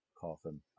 coffin